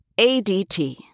ADT